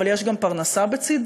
אבל יש גם פרנסה בצדה,